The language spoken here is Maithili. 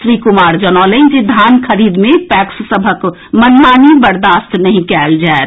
श्री कुमार जनौलनि जे धान खरीद मे पैक्स सभक मनमानी बर्दास्त नहि कएल जाएत